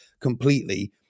completely